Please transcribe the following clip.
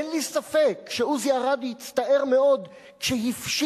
אין לי ספק שעוזי ארד הצטער מאוד כשהפשיטו